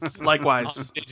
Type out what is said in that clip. likewise